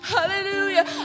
Hallelujah